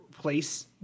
Place